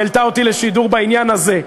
והיא העלתה אותי לשידור בעניין הזה.